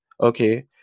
okay